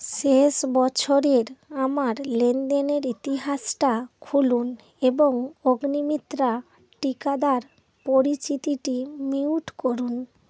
শেষ বছরের আমার লেনদেনের ইতিহাসটা খুলুন এবং অগ্নিমিত্রা টীকাদার পরিচিতিটি মিউট করুন